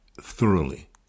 thoroughly